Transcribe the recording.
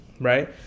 right